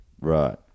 Right